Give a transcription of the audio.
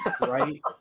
right